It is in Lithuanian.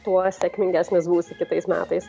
tuo sėkmingesnis būsi kitais metais